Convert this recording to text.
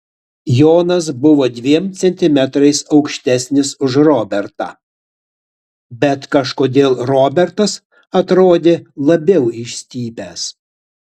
jonas buvo dviem centimetrais aukštesnis už robertą bet kažkodėl robertas atrodė labiau išstypęs